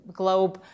globe